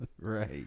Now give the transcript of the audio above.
Right